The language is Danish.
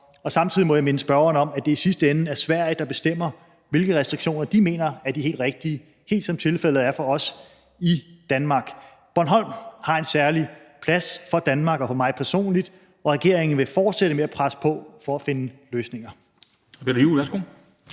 Samtidig må jeg minde spørgeren om, at det i sidste ende er Sverige, der bestemmer, hvilke restriktioner de mener er de helt rigtige, helt som tilfældet også er for os i Danmark. Bornholm har en særlig plads for Danmark og for mig personligt, og regeringen vil fortsætte med at presse på for at finde løsninger.